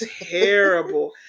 terrible